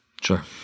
Sure